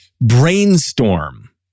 brainstorm